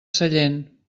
sallent